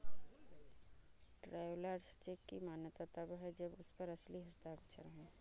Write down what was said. travellers cheque की मान्यता तब है जब उस पर असली हस्ताक्षर हो